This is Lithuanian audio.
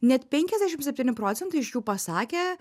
net penkiasdešimt septyni procentai iš jų pasakė